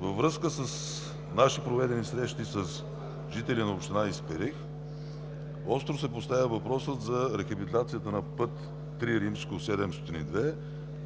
във връзка с наши проведени срещи с жители на община Исперих остро се постави въпросът за рехабилитацията на път ІІІ-702